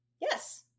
Yes